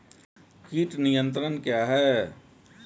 कीट नियंत्रण क्या है?